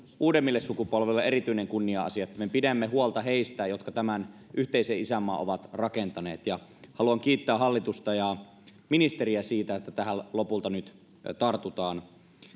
uudemmille sukupolville erityinen kunnia asia että me pidämme huolta heistä jotka tämän yhteisen isänmaan ovat rakentaneet haluan kiittää hallitusta ja ministeriä siitä että tähän lopulta nyt tartutaan